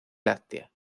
láctea